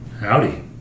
howdy